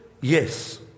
Yes